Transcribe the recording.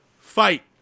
fight